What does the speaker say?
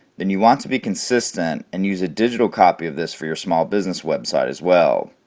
then you want to be consistent and use a digital copy of this for your small business website as well.